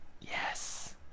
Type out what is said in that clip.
Yes